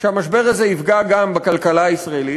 שהמשבר הזה יפגע גם בכלכלה הישראלית.